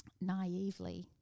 Naively